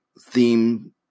theme